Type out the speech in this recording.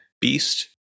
beast